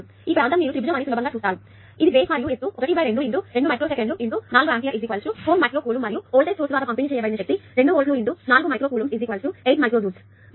కాబట్టి ఈ ప్రాంతం మీరు త్రిభుజం అని సులభంగా చూస్తారు కాబట్టి ఇది బేస్ మరియు ఎత్తు ½2μs 4 ఆంపియర్లు 4 మైక్రో కూలంబ్ మరియు వోల్టేజ్ సోర్స్ ద్వారా పంపిణీ చేయబడిన శక్తి 2 వోల్ట్ల 4 మైక్రో కూలంబ్స్ 8 మైక్రో జూల్స్